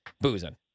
boozing